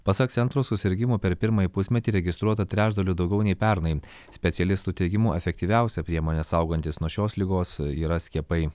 pasak centro susirgimų per pirmąjį pusmetį registruota trečdaliu daugiau nei pernai specialistų teigimu efektyviausia priemonė saugantis nuo šios ligos yra skiepai